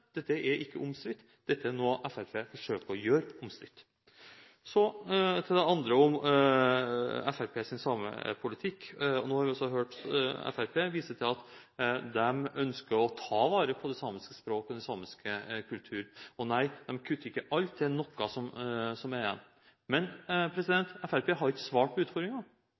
dette er ikke omstridt; dette er noe Fremskrittspartiet forsøker å gjøre til noe som er omstridt. Så til det andre: Fremskrittspartiets samepolitikk. Nå har vi hørt Fremskrittspartiet vise til at de ønsker å ta vare på det samiske språk og den samiske kultur, og nei, de kutter ikke i alt, det er noe som er igjen. Men Fremskrittspartiet har jo ikke svart på